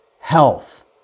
health